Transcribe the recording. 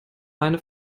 eine